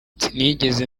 nsinigeze